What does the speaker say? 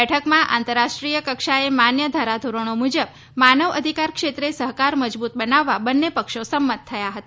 બેઠકમાં આંતરરાષ્ટ્રીય કક્ષાએ માન્ય ધારા ધોરણે મુજબ માવન અધિકાર ક્ષેત્રે સહકાર મજબૂત બનાવવા બંને પક્ષો સંમત થયા હતા